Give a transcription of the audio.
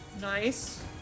Nice